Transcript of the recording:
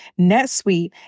NetSuite